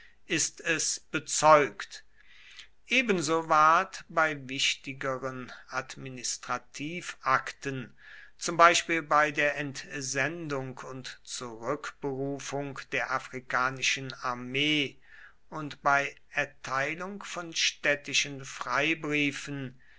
ist es bezeugt ebenso ward bei wichtigeren administrativakten zum beispiel bei der entsendung und zurückberufung der afrikanischen armee und bei erteilung von städtischen